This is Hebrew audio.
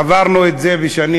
עברנו את זה בשנים